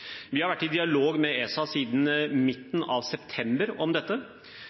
Vi har vært i dialog med ESA siden midten av september om dette,